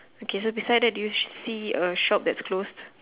okay so beside that do you see a shop that's closed